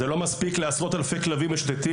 זה לא מספיק לעשרות אלפי כלבים משוטטים